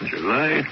July